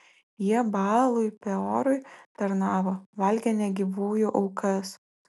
jie baalui peorui tarnavo valgė negyvųjų aukas